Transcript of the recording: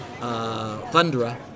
Thundra